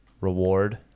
reward